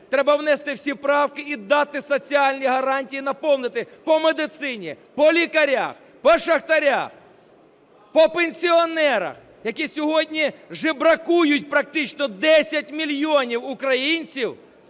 треба внести всі правки і дати соціальні гарантії, і наповнити по медицині, по лікарях, по шахтарях, по пенсіонерах, які сьогодні жебракують, практично 10 мільйонів українців